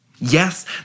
Yes